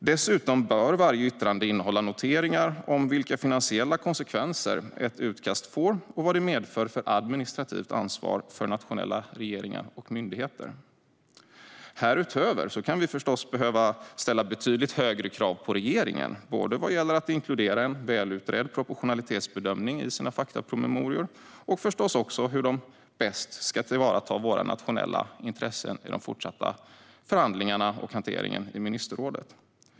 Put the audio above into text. Dessutom bör varje yttrande innehålla noteringar om vilka finansiella konsekvenser ett utkast får och vad det medför för administrativt ansvar för nationella regeringar och myndigheter. Härutöver kan vi förstås behöva ställa betydligt högre krav på regeringen, både vad gäller att inkludera en välutredd proportionalitetsbedömning i sina faktapromemorior och, förstås, vad gäller hur man bäst ska tillvarata våra nationella intressen i de fortsatta förhandlingarna och den fortsatta hanteringen i ministerrådet.